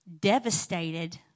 devastated